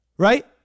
Right